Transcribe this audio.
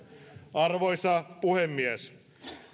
arvoisa puhemies